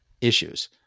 issues